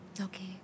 Okay